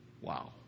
Wow